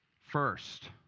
First